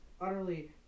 utterly